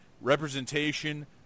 representation